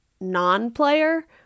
non-player